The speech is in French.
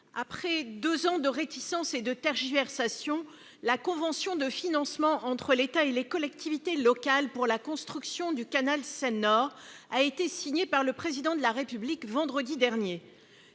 après deux ans de réticences et de tergiversations, la convention de financement entre l'État et les collectivités locales pour la construction du canal Seine-Nord Europe a été signée par le Président de la République vendredi dernier.